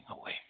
away